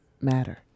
matter